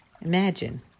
Imagine